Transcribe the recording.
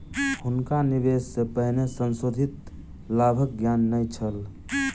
हुनका निवेश सॅ पहिने संशोधित लाभक ज्ञान नै छल